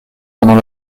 pendant